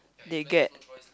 they get